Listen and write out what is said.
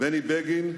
בני בגין,